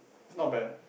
it's not bad